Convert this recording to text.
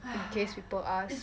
in case people ask